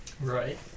Right